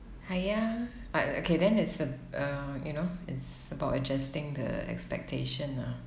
hai ah but okay then it's uh uh you know it's about adjusting the expectation lah